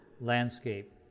landscape